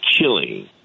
killing